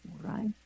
right